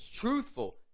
truthful